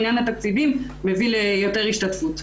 עניין התקציבים מביא ליותר השתתפות.